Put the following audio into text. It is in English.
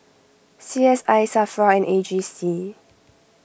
C S I Safra and A G C